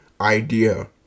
idea